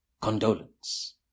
condolence